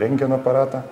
rentgeno aparatą